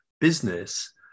business